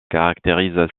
caractérise